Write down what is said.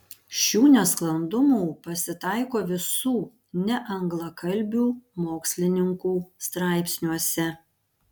šių nesklandumų pasitaiko visų neanglakalbių mokslininkų straipsniuose